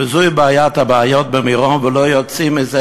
וזו בעיית הבעיות במירון, ולא יוצאים מזה,